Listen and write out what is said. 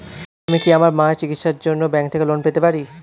আমি কি আমার মায়ের চিকিত্সায়ের জন্য ব্যঙ্ক থেকে লোন পেতে পারি?